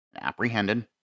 apprehended